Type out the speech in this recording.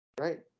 Right